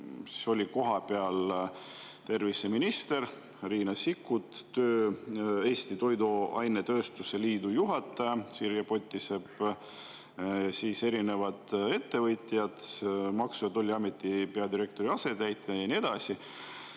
viisakas. Kohapeal olid terviseminister Riina Sikkut, Eesti Toiduainetööstuse Liidu juhataja Sirje Potisepp, erinevad ettevõtjad, Maksu- ja Tolliameti peadirektori asetäitja ja nii edasi.